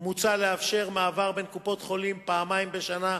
מוצע לאפשר מעבר בין קופות-החולים פעמיים בשנה,